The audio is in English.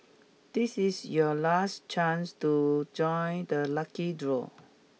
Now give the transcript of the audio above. this is your last chance to join the lucky draw